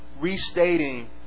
restating